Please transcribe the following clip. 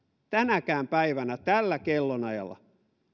tänäkään päivänä tällä kellonajalla